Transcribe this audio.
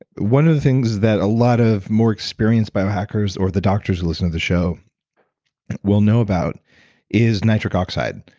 one of the things that a lot of more experienced biohackers or the doctors listening to the show will know about is nitric oxide.